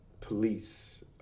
police